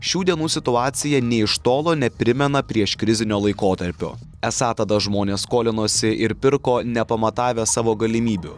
šių dienų situacija nė iš tolo neprimena prieškrizinio laikotarpio esą tada žmonės skolinosi ir pirko nepamatavę savo galimybių